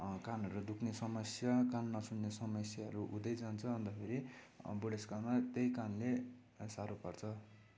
अँ कानहरू दुख्ने समस्या कान नसुन्ने समस्याहरू हुँदै जान्छ अन्तखेरि अँ बुढेसकालमा त्यही कानले साह्रो पार्छ